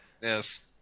Yes